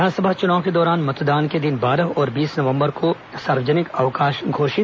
विधानसभा चुनाव के दौरान मतदान के दिन बारह और बीस नवंबर को सार्वजनिक अवकाश घोषित